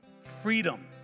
freedom